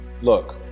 Look